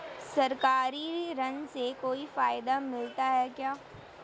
सरकारी ऋण से कोई फायदा मिलता है क्या?